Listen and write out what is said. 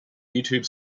youtube